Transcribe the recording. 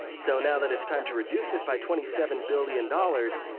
so now that it's time to reduce it by twenty seven billion dollars,